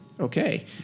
Okay